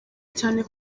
cyane